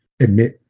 admit